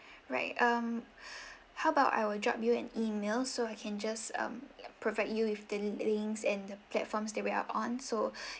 right um how about I will drop you an email so I can just um provide you with the links and the platforms that we are on so